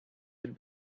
had